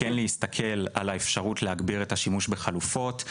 להסתכל על האפשרות להגביר את השימוש בחלופות.